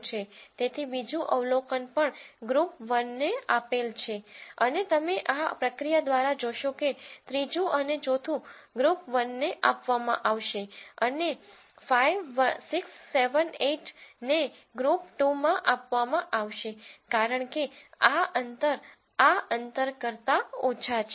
તેથી બીજું અવલોકન પણ ગ્રુપ 1 ને આપેલ છે અને તમે આ પ્રક્રિયા દ્વારા જોશો કે ત્રીજું અને ચોથું ગ્રુપ 1 ને આપવામાં આવશે અને 5 6 7 8 ને ગ્રુપ 2 માં આપવામાં આવશે કારણ કે આ અંતર આ અંતર કરતા ઓછા છે